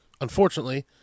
unfortunately